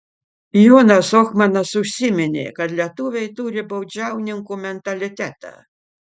johnas ohmanas užsiminė kad lietuviai turi baudžiauninkų mentalitetą